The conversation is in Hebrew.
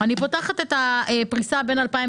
אני פותחת את הפריסה בין 2017